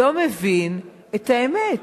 לא מבין את האמת.